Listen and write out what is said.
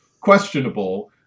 questionable